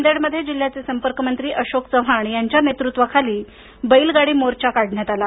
नांदेडमध्ये जिल्ह्याचे संपर्कमंत्री अशोक चव्हाण यांच्या नेतृत्वाखाली बैलगाडी मोर्चा काढण्यात आला